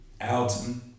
Alton